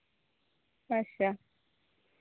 ᱟᱪᱪᱷᱟ